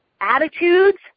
attitudes